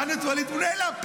שאלתי את ווליד, הוא נעלם.